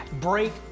break